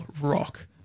rock